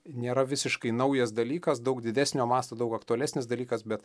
nėra visiškai naujas dalykas daug didesnio masto daug aktualesnis dalykas bet